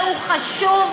והוא חשוב,